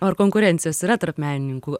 ar konkurencijos yra tarp menininkų